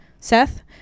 Seth